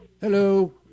Hello